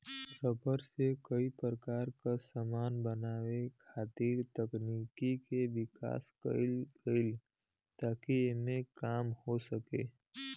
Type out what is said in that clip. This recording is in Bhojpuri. रबर से कई प्रकार क समान बनावे खातिर तकनीक के विकास कईल गइल ताकि जल्दी एमे काम हो सके